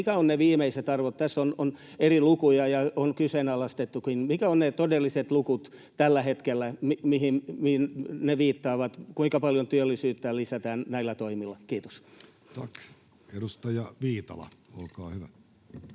Mitkä ovat ne viimeiset arvot? Tässä on eri lukuja ja on kyseenalaistettukin. Mitkä ovat ne todelliset luvut tällä hetkellä, mihin ne viittaavat? Kuinka paljon työllisyyttä lisätään näillä toimilla? — Kiitos. [Speech 279] Speaker: